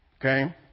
okay